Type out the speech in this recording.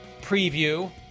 preview